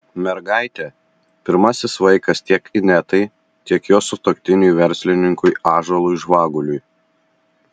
mergaitė pirmasis vaikas tiek inetai tiek jos sutuoktiniui verslininkui ąžuolui žvaguliui